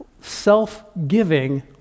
self-giving